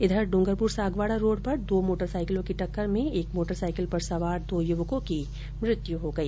इधर ड्रूंगरपुर सागवाडा रोंड पर दो मोटरसाइकिलों की टक्कर में एक मोटरसाइकिल पर सवार दो युवकों की मृत्यु हो गई